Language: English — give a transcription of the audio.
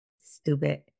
stupid